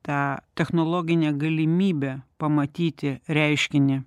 tą technologinę galimybę pamatyti reiškinį